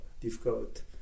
difficult